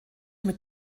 mit